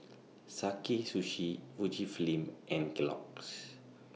Sakae Sushi Fujifilm and Kellogg's